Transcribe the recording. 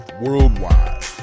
worldwide